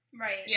right